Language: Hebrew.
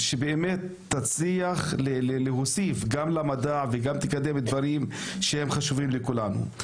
שבאמת תצליח להוסיף למדע וגם תקדם דברים שהם חשובים לכולנו.